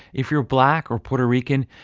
if you're black or puerto rican,